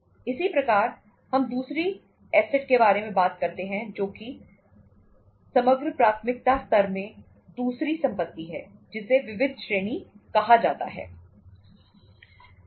इसी प्रकार हम दूसरी ऐसेट के बारे में बात करते हैं जो कि समग्र प्राथमिकता स्तर में दूसरी संपत्ति है जिसे विविध ऋणी कहा जाता है